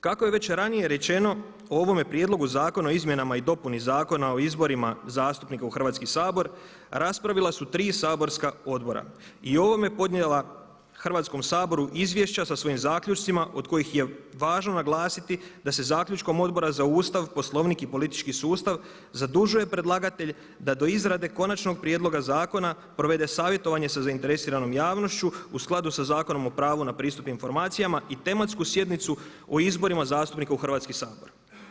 Kako je već ranije rečeno o ovome prijedlogu zakona o izmjenama i dopuni Zakona o izborima zastupnika u Hrvatski sabor raspravila su tri saborska odbora i o ovome podnijela Hrvatskom saboru izvješća sa svojim zaključcima od kojih je važno naglasiti da se zaključkom Odbora za Ustav, Poslovnik i politički sustav zadužuje predlagatelj da do izrade konačnog prijedloga zakona provede savjetovanje sa zainteresiranom javnošću u skladu sa Zakonom o pravu na pristup informacijama i tematsku sjednicu o izborima zastupnika u Hrvatski sabor.